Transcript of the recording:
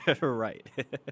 Right